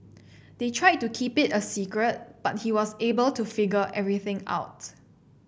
they tried to keep it a secret but he was able to figure everything out